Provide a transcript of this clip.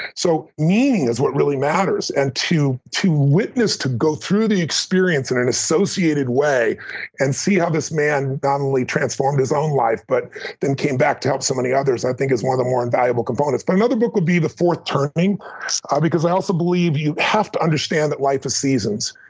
so meaning is what really matters and to to witness, to go through the experience in an associated way and see how this man not only transformed his own life but then came back to help so many others, i think, is one of the more invaluable components. but another book would be the fourth turning because i also believe you have to understand that life is seasons,